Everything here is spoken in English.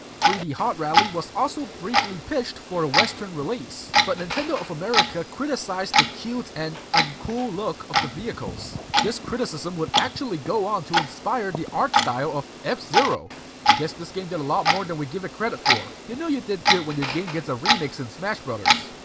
three d hot rally was also briefly pitched for a western release, but nintendo of america criticized the cute and uncool look of the vehicles. this criticism would actually go on to inspire the art style of. f-zero! guess this game did a lot more than we give it credit for. you know you did good when your game gets a remix in smash bros.